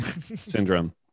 syndrome